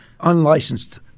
unlicensed